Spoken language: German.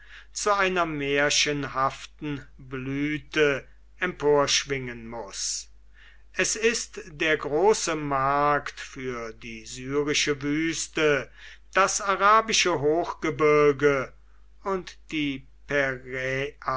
zu einer märchenhaften blüte emporschwingen muß es ist der große markt für die syrische wüste das arabische hochgebirge und die